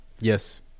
Yes